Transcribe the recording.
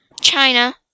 China